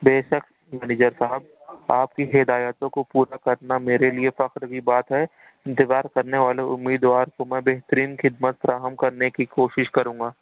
بے شک مینیجر صاحب آپ کی ہدایتوں کو پورا کرنا میرے لیے فخر کی بات ہے انتظار کرنے والوں امیدوار کو میں بہترین خدمت فارہم کرنے کی کوشش کروں گا